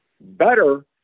better